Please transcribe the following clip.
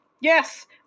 Yes